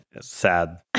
sad